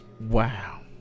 Wow